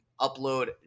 upload